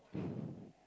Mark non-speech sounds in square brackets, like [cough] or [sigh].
[breath]